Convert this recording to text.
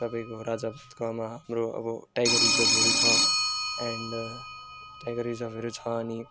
तपाईँको राजा भातखावामा हाम्रो अब टाइगर रिजर्भहरू छ एन्ड टाइगर रिजर्भहरू छ अनि